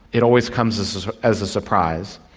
it always comes as as a surprise,